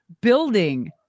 building